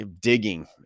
digging